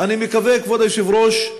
אני מקווה, כבוד היושב-ראש,